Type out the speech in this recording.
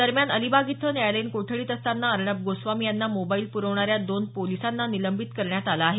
दरम्यान अलिबाग इथं न्यायालयीन कोठडीत असताना अर्णब गोस्वामी यांना मोबाईल प्रवणाऱ्या दोन पोलिसांना निलंबित करण्यात आलं आहे